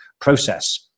process